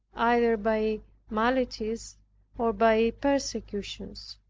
either by maladies or by persecutions.